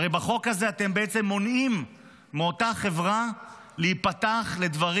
הרי בחוק הזה אתם בעצם מונעים מאותה חברה להיפתח לדברים